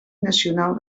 nacional